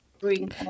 bring